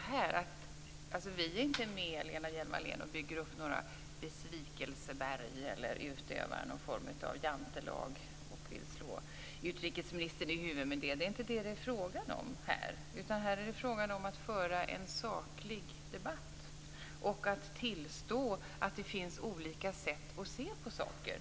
Herr talman! Vi är inte med, Lena Hjelm-Wallén, och bygger upp några besvikelseberg eller utövar någon form av jantelag och vill slå utrikesministern i huvudet med det. Det är inte det som det är fråga om här. Här är det fråga om att föra en saklig debatt och att tillstå att det finns olika sätt att se på saker.